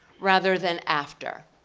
rather than after,